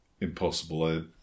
impossible